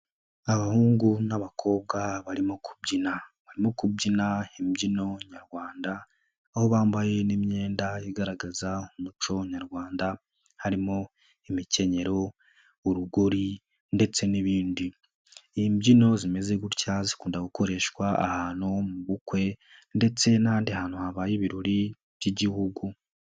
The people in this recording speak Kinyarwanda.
Abahungu n'abakobwa barimo kubyina, barimo kubyina imbyino nyarwanda, aho bambaye n'imyenda igaragaza umuco nyarwanda, harimo imikenyero, urugori ndetse n'ibindi, imbyino zimeze gutya zikunda gukoreshwa ahantu mu bukwe ndetse n'ahandi hantu habaye ibirori by'Igihugu.